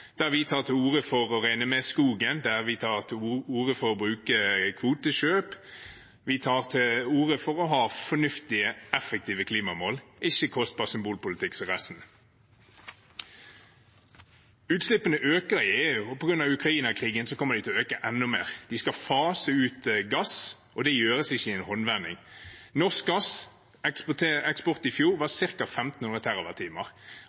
Vi tar til orde for å regne med skogen, vi tar til orde for å bruke kvotekjøp, vi tar til orde for å ha fornuftige, effektive klimamål – ikke kostbar symbolpolitikk, som resten. Utslippene øker i EU, og på grunn av Ukraina-krigen kommer de til å øke enda mer. Vi skal fase ut gass, og det gjøres ikke i en håndvending. Norsk gasseksport i fjor var